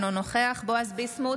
אינו נוכח בועז ביסמוט,